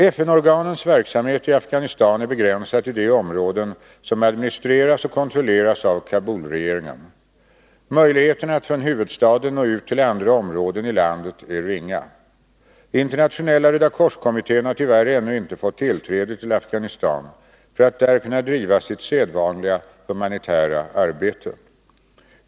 FN-organens verksamhet i Afghanistan är begränsad till de områden som administreras och kontrolleras av Kabulregeringen. Möjligheterna att från huvudstaden nå ut till andra områden i landet är ringa. Internationella rödakors-kommittén har tyvärr ännu inte fått tillträde till Afghanistan för att där kunna driva sitt sedvanliga humanitära arbete.